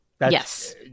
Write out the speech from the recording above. Yes